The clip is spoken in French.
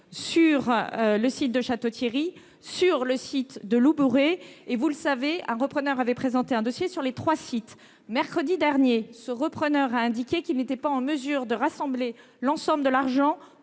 sur les sites de Château-Thierry et du Bourray. En outre, vous le savez, un repreneur avait présenté un dossier concernant les trois sites. Mercredi dernier, ce repreneur a indiqué qu'il n'était pas en mesure de rassembler l'ensemble des